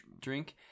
drink